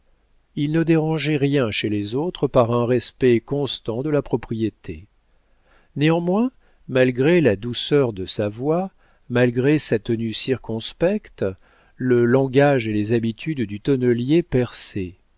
il ne dérangeait rien chez les autres par un respect constant de la propriété néanmoins malgré la douceur de sa voix malgré sa tenue circonspecte le langage et les habitudes du tonnelier